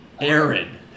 aaron